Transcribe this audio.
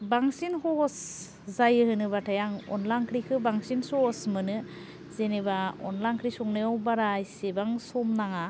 बांसिन हहस जायो होनोबाथाय आं अन्ला ओंख्रिखौ बांसिन सहस मोनो जेनेबा अन्ला ओंख्रि संनायाव बारा एसेबां सम नाङा